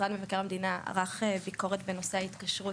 משרד מבקר המדינה ערך ביקורת בנושא התקשרות